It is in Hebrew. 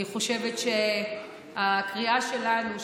אני חושבת שהקריאה שלנו,